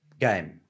game